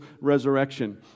resurrection